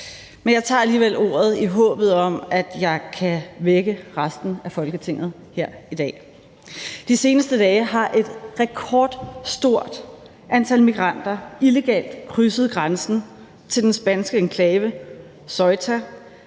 men jeg tager alligevel ordet i håbet om, at jeg kan vække resten af Folketinget her i dag. De seneste dage har et rekordstort antal migranter illegalt krydset grænsen til den spanske enklave Ceuta